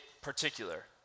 particular